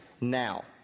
now